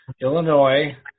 Illinois